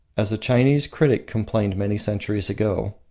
as a chinese critic complained many centuries ago,